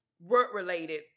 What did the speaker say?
work-related